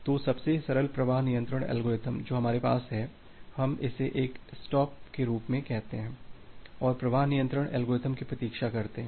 तो सबसे सरल प्रवाह नियंत्रण एल्गोरिथ्म जो हमारे पास है हम इसे एक स्टॉप के रूप में कहते हैं और प्रवाह नियंत्रण एल्गोरिदम की प्रतीक्षा करते हैं